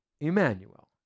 Emmanuel